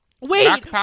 Wait